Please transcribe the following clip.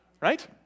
right